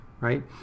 Right